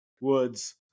Woods